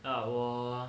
哇我